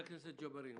חבר הכנסת ג'בארין,